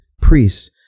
priests